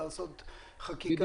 לעשות חקיקה.